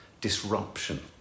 disruption